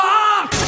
Rock